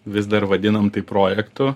vis dar vadinam tai projektu